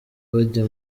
bajya